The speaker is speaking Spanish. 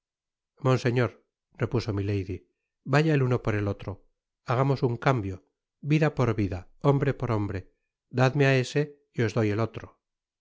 monseñor repuso milady vaya el uno por el otro hagamos un cambio vida por vida hombre por hombre dadme á ese y os doy el otro